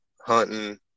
hunting